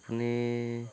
আপুনি